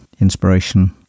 inspiration